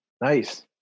Nice